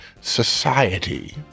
society